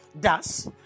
thus